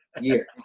year